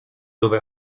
dove